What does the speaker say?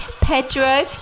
Pedro